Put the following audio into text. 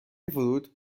ورود